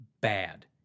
bad